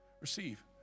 Receive